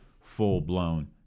full-blown